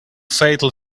fatal